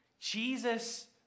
Jesus